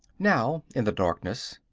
now, in the darkness,